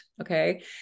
okay